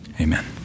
amen